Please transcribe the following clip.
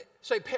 say